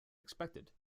expected